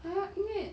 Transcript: !huh! 因为